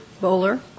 Bowler